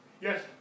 Yes